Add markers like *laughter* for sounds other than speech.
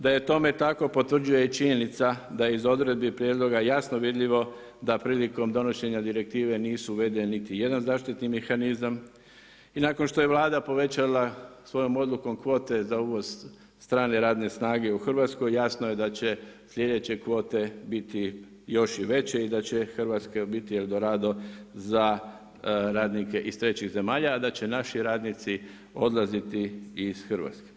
Da je tome tako, potvrđuje i činjenica da iz odredbi prijedloga jasno vidljivo da prilikom donošenje direktive nisu uvedeni niti jedan zaštitni mehanizam, i nakon što je Vlada povećala svojom odlukom kvote za uvoz strane radne snage u Hrvatsku, jasno je da će sljedeće kvote biti još i veće i da će Hrvatska biti … *unintelligible* za radnike iz trećih zemalja, a da će naši radnici odlaziti iz Hrvatske.